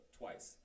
twice